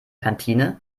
kantine